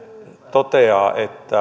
toteaa että